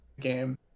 game